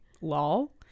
Lol